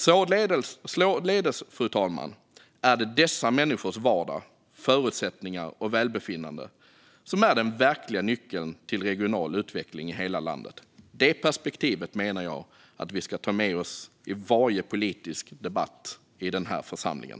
Således, fru talman, är det dessa människors vardag, förutsättningar och välbefinnande som är den verkliga nyckeln till regional utveckling i hela landet. Det perspektivet menar jag att vi ska ta med oss i varje politisk debatt i den här församlingen.